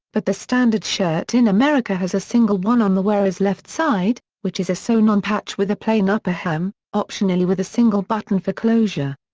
but the standard shirt in america has a single one on the wearer's left side, which is a sewn-on patch with a plain upper hem, optionally with a single button for closure.